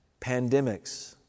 pandemics